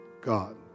God